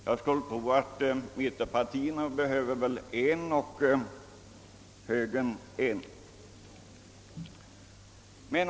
Jag skulle tro att mittenpartierna behöver en och högern en.